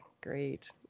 great